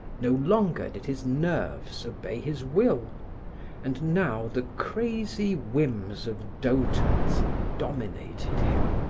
no longer did his nerves obey his will and now the crazy whims of dotards dominated him.